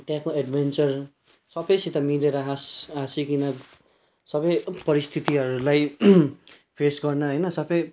त्यहाँको एड्भेन्चर सबैसित मिलेर हास् हासीकन सबै परिस्थितिहरूलाई फेस गर्न होइन सबै